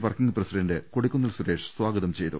working president Kodikunnil Suresh സ്വാഗതം ചെയ്തു